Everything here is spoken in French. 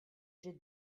j’ai